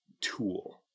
tool